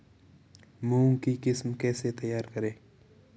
मूंग की किस्म कैसे तैयार करें?